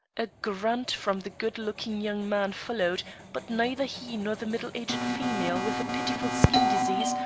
a grunt from the good-looking young man followed but neither he nor the middle-aged female with a pitiful skin disease,